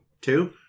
Two